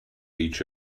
each